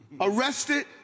Arrested